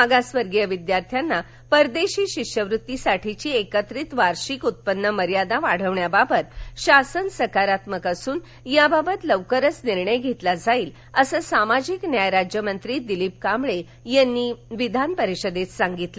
मागासवर्गीय विद्यार्थ्यांना परदेश शिष्यवृत्तीसाठीची एकत्रित वार्षिक उत्पन्न मर्यादा वाढविण्याबाबत शासन सकारात्मक असून याबाबत लवकरच निर्णय घेण्यात येईल असं सामाजिक न्याय राज्यमंत्री दिलीप कांबळे यांनी विधानपरिषदेत सांगितले